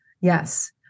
Yes